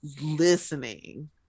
listening